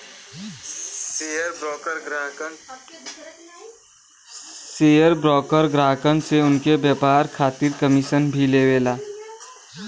share broker ग्राहकन से उनके व्यापार खातिर कमीशन भी लेवला